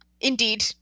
indeed